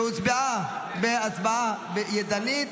שהוצבעה בהצבעה ידנית.